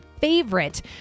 favorite